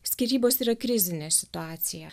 skyrybos yra krizinė situacija